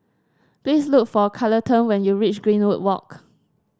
please look for Carleton when you reach Greenwood Walk